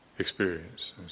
Experience